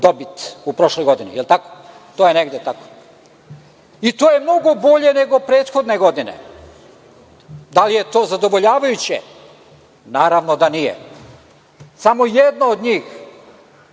dobit u prošloj godini. Je li tako? To je mnogo bolje nego prethodne godine. Da li je to zadovoljavajuće? Naravno da nije. Samo jedno od njih,